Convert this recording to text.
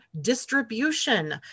distribution